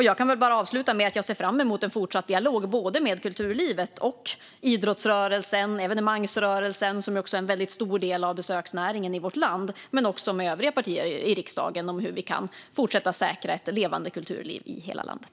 Jag kan avsluta med att säga att jag ser fram emot en fortsatt dialog med kulturlivet, idrottsrörelsen och evenemangsrörelsen, som också är en väldigt stor del av besöksnäringen i vårt land, men också med övriga partier i riksdagen om hur vi kan fortsätta att säkra ett levande kulturliv i hela landet.